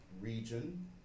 region